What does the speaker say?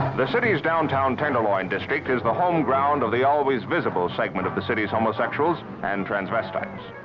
the city's downtown tenderloin district is the home ground of the always visible segment of the city's homosexuals and transvestites.